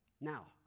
Now